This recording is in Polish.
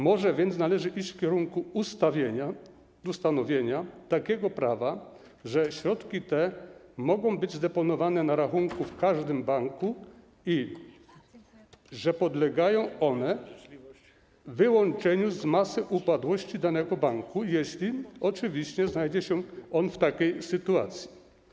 Może więc należy iść w kierunku ustanowienia takiego prawa, że środki te mogą być zdeponowane na rachunku w każdym banku i że podlegają one wyłączeniu z masy upadłości danego banku, jeśli oczywiście znajdzie się on w takiej sytuacji.